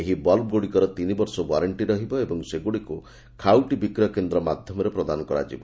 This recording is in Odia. ଏହି ବଲ୍ବଗୁଡିକର ତିନିବର୍ଷ ୱାରେକ୍କି ରହିବ ଏବଂ ସେଗୁଡିକୁ ଖାଉଟି ବିକ୍ରୟ କେନ୍ଦ୍ ମାଧ୍ଧମରେ ପ୍ରଦାନ କରାଯିବ